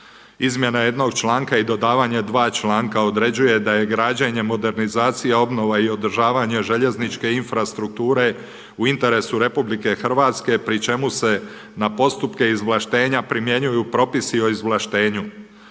Izmjena jednog članka i dodavanje dva članka određuje da je građenjem modernizacija, obnova i održavanja željezničke infrastrukture u interesu RH pri čemu se na postupke izvlaštenja primjenjuju propisi o izvlaštenju.